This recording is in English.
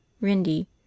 Rindy